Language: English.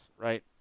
right